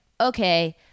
okay